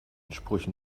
sprüchen